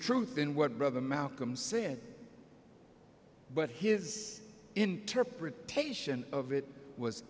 truth in what brother malcolm said but his interpretation of it was